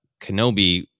Kenobi